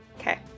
Okay